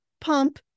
pump